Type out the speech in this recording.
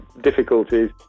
difficulties